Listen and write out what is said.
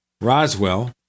Roswell